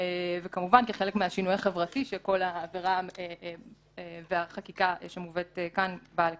וכמובן כחלק מהשינוי החברתי שהחקיקה שמובאת כאן באה לקדם.